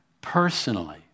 personally